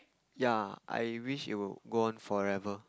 ya I wished it would go on forever